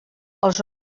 els